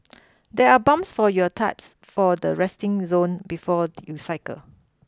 there are pumps for your types for the resting zone before you cycle